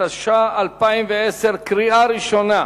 התש"ע 2010, בקריאה ראשונה.